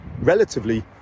relatively